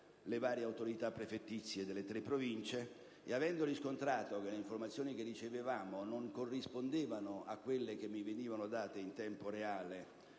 le varie autorità prefettizie delle tre Province. Avendo riscontrato che le informazioni che ricevevamo non corrispondevano a quelle che mi venivano date in tempo reale